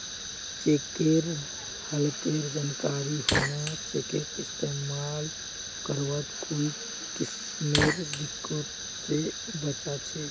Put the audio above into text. चेकेर हालतेर जानकारी होना चेकक इस्तेमाल करवात कोई किस्मेर दिक्कत से बचा छे